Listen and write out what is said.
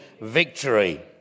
victory